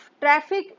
traffic